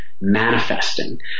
manifesting